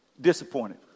disappointed